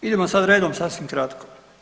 Idemo sad redom sasvim kratko.